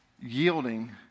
yielding